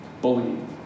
Bullying